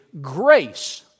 grace